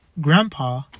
Grandpa